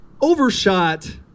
overshot